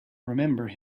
remember